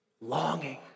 Longing